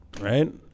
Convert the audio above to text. Right